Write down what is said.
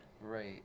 Right